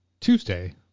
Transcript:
Tuesday